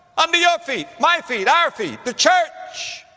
under your feet, my feet, our feet, the church!